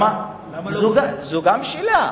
זו גם שאלה,